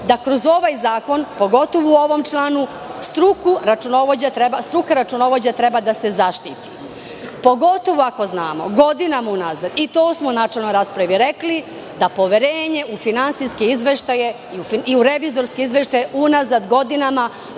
da kroz ovaj zakon, pogotovo u ovom članu, struka računovođa treba se zaštiti, pogotovo ako znamo, godinama unazad, i to smo u načelnoj raspravi rekli, da je poverenje u finansijske izveštaje i u revizorske izveštaje unazad godinama dospelo